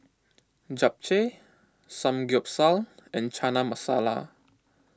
Japchae Samgyeopsal and Chana Masala